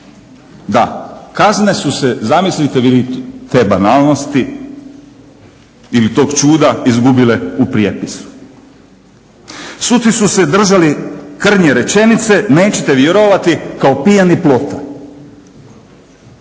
Da, kazne su se, zamislite vi te banalnosti ili tog čuda, izgubile u prijepisu. Suci su se držali krnje rečenice, nećete vjerovati, kao pijani plota.